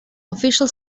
official